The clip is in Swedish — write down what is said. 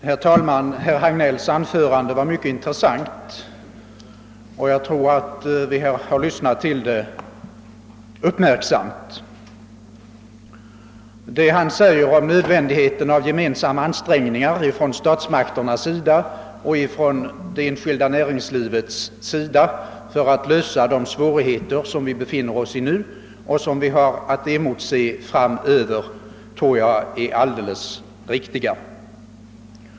Herr talman! Herr Hagnells anförande var mycket intressant, och vi har lyssnat på det uppmärksamt. Det han säger om nödvändigheten av gemensamma ansträngningar från statsmakterna och det enskilda näringslivet för att klara de svårigheter som vi befinner oss i nu och som vi har att emotse framöver är säkert riktigt.